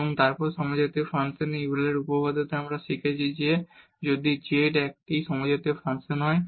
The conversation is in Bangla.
এবং তারপর সমজাতীয় ফাংশনের জন্য ইউলারের উপপাদ্য থেকে আমরা শিখেছি যে যদি z একটি সমজাতীয় ফাংশন হয়